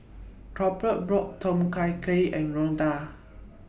Colbert bought Tom Kha Gai and Ronda